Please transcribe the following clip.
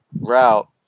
route